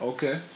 Okay